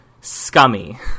scummy